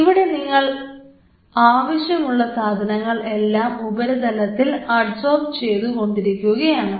ഇവിടെ നിങ്ങൾ ആവശ്യമുള്ള സാധനങ്ങൾ എല്ലാം ഉപരിതലത്തിൽ അഡ്സോർബ് ചെയ്തു കൊണ്ടിരിക്കുകയാണ്